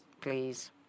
please